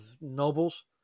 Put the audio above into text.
nobles